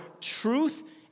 truth